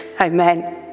Amen